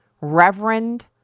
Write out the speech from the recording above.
Reverend